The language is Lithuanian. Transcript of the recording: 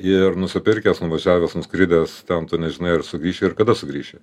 ir nusipirkęs nuvažiavęs nuskridęs ten tu nežinai ar sugrįši ir kada sugrįši